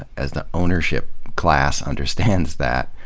as the ownership class understands that,